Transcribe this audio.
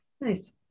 Nice